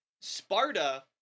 Sparta